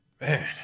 Man